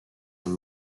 and